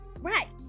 Right